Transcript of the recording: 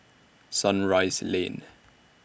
Sunrise Lane